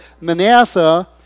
Manasseh